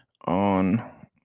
on